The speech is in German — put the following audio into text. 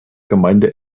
gemeinde